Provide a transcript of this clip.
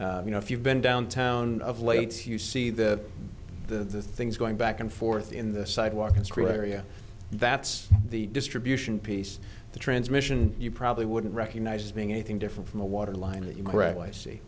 you know if you've been down town of lates you see that the things going back and forth in the sidewalk and scream area that's the distribution piece the transmission you probably wouldn't recognize as being anything different from the water line that you